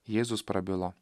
jėzus prabilo